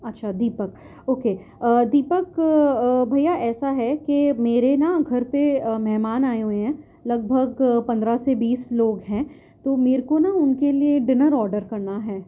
اچھا دیپک اوکے دیپک بھیا ایسا ہے کہ میرے نا گھر پہ مہمان آئے ہوئے ہیں لگ بھگ پندرہ سے بیس لوگ ہیں تو میرے کو نا ان کے لیے ڈنر آرڈر کرنا ہیں